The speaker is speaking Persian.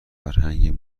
فرهنگ